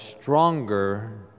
stronger